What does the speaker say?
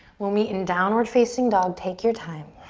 we'll meet in downward facing dog, take your time.